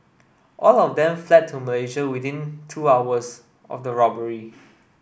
all of them fled to Malaysia within two hours of the robbery